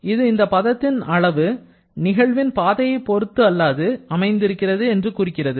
இது இந்தப்பதத்தின் அளவு நிகழ்வின் பாதையை பொறுத்து அல்லாது அமைந்திருக்கிறது என்று குறிக்கிறது